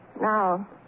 Now